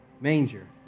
manger